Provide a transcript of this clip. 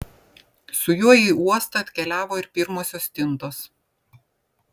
su juo į uostą atkeliavo ir pirmosios stintos